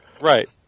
Right